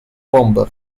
bomber